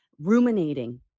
Ruminating